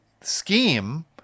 scheme